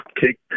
cake